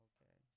Okay